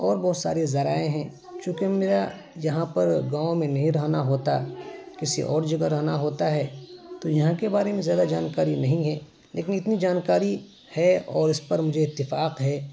اور بہت ساریے ذرائع ہیں چونکہ میرا یہاں پر گاؤں میں نہیں رہنا ہوتا کسی اور جگہ رہنا ہوتا ہے تو یہاں کے بارے میں زیادہ جانکاری نہیں ہے لیکن اتنی جانکاری ہے اور اس پر مجھے اتفاق ہے